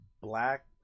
black